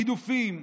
גידופים,